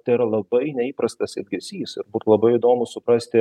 tai yra labai neįprastas elgesys ir būtų labai įdomu suprasti